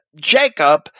Jacob